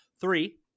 three